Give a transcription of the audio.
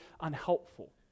unhelpful